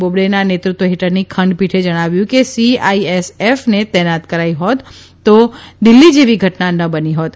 બોબડેના નેતૃત્વ હેઠળની ખંડપીઠે જણાવ્યું છે કે સીઆઇએસએફને તેનાત કરાઇ હોત તો દિલ્હી જેવી ઘટના ન બની હોત